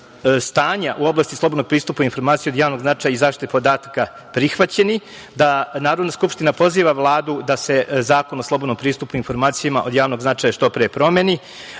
u oblasti slobodnog pristupa informacija od javnog značaja i zaštite podataka prihvaćeni, da Narodna skupština poziva Vladu da se Zakon o slobodnom pristupu informacijama od javnog značaj što pre promeni